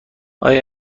آیا